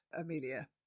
Amelia